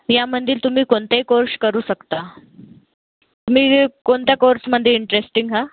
यामध्ये तुम्ही कोणतेही कोर्ष करू शकता तुम्ही कोणत्या कोर्समध्ये इंटरेस्टिंग हा